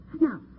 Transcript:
Now